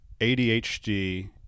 ADHD